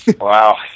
Wow